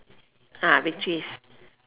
ah victories